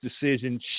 decision